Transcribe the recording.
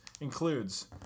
includes